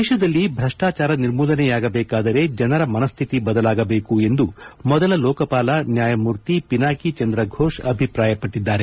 ದೇಶದಲ್ಲಿ ಭ್ರಷ್ಟಚಾರ ನಿರ್ಮೂಲನೆಯಾಗಬೇಕಾದರೆ ಜನರ ಮನಸ್ಟಿತಿ ಬದಲಾಗಬೇಕು ಎಂದು ಮೊದಲ ಲೋಕಪಾಲ ನ್ವಾಯಮೂರ್ತಿ ಪಿನಾಕಿ ಚಂದ್ರಘೋಷ್ ಅಭಿಪ್ರಾಯಪಟ್ಟಿದ್ದಾರೆ